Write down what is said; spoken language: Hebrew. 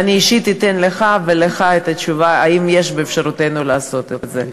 ואני אישית אתן לך ולך את התשובה אם יש באפשרותנו לעשות את זה.